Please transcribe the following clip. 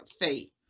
faith